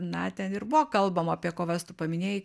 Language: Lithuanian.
na ten ir buvo kalbama apie kovas tu paminėjai